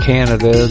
Canada